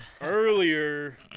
Earlier